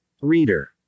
Reader